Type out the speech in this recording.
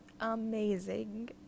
amazing